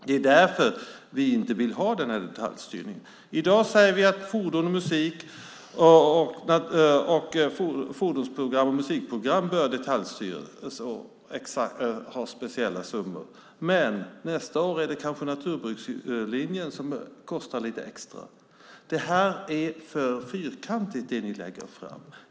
Det är därför vi inte vill ha denna detaljstyrning. I dag säger vi att fordonsprogram och musikprogram bör detaljstyras och ha speciella summor. Nästa år är det kanske naturbrukslinjen som kostar lite extra. Det förslag ni lägger fram är för fyrkantigt.